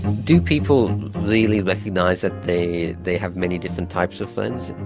do people really recognise that they they have many different types of friends?